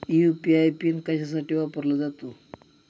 UPI PIN कशासाठी वापरला जातो?